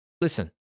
Listen